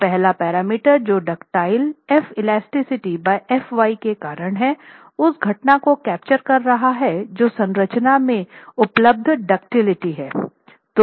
तो पहला पैरामीटर जो दुक्तिलिटी Felastic by Fy के कारण हैं उस घटना को कैप्चर कर रहा है जो संरचना में उपलब्ध दुक्तिलिटी हैं